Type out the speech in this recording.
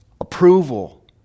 approval